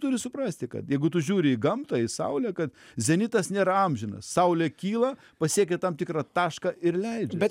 turi suprasti kad jeigu tu žiūri į gamtą į saulę kad zenitas nėra amžinas saulė kyla pasiekia tam tikrą tašką ir leidžiasi